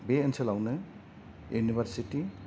बे ओनसोलावनो इउनिभारसिटी